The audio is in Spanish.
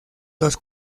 los